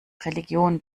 religion